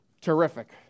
Terrific